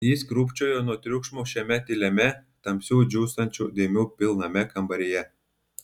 jis krūpčiojo nuo triukšmo šiame tyliame tamsių džiūstančių dėmių pilname kambaryje